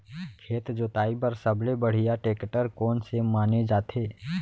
खेत जोताई बर सबले बढ़िया टेकटर कोन से माने जाथे?